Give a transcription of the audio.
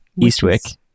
Eastwick